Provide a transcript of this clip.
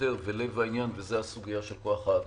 היא ולב העניין והיא הסוגייה של כוח האדם.